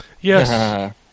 Yes